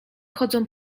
chodzą